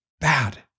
bad